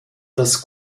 das